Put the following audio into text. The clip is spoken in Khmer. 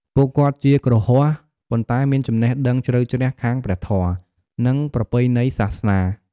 ពួកគាត់ជា គ្រហស្ថ ប៉ុន្តែមាន ចំណេះដឹងជ្រៅជ្រះខាងព្រះធម៌ និងប្រពៃណីសាសនា។